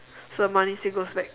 so the money still goes back